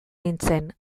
nintzen